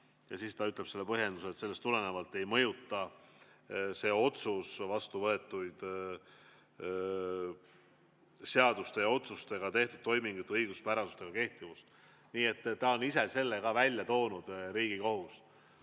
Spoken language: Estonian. Ja siis ta ütleb selle põhjenduse, et sellest tulenevalt ei mõjuta see otsus vastu võetud seaduste ja otsustega tehtud toimingute õiguspärasust ega kehtivust. Nii et selle on Riigikohus